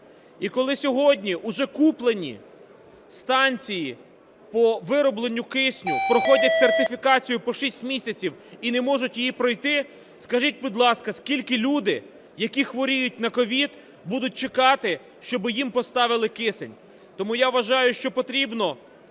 І коли сьогодні уже куплені станції по виробленню кисню проходять сертифікацію по шість місяців і не можуть її пройти, скажіть, будь ласка, скільки люди, які хворіють на COVID, будуть чекати, щоби їм поставили кисень? Тому я вважаю, що потрібно